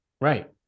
Right